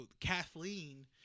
Kathleen